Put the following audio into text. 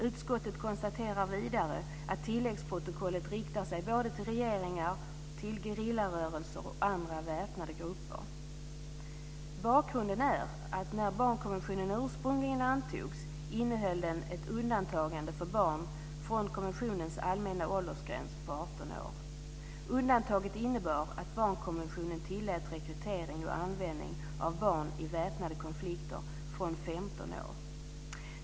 Utskottet konstaterar vidare att tilläggsprotokollet riktar sig såväl till regeringar som till gerillarörelser och andra väpnade grupper. Bakgrunden är att när barnkonventionen ursprungligen antogs innehöll den ett undantag för barn från konventionens allmänna åldersgräns på 18 år. Undantaget innebar att barnkonventionen tillät rekrytering och användning av barn i väpnade konflikter från 15 år.